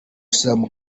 sam